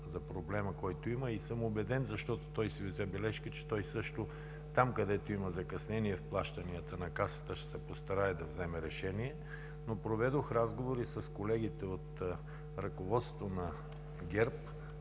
за проблема, който има, и съм убеден, защото си взе бележка, че той също там, където има закъснения в плащанията на Касата, ще се постарае да вземе решение. Проведох разговори с колегите от ръководството на ГЕРБ,